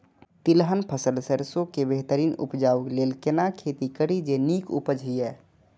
तिलहन फसल सरसों के बेहतरीन उपजाऊ लेल केना खेती करी जे नीक उपज हिय?